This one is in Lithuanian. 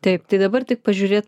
taip tai dabar tik pažiūrėt